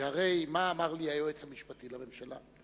שהרי מה אמר לי היועץ המשפטי לממשלה,